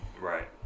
right